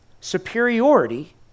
superiority